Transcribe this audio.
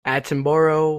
attenborough